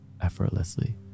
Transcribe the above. effortlessly